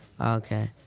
Okay